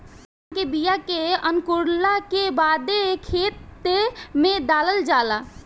धान के बिया के अंकुरला के बादे खेत में डालल जाला